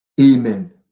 Amen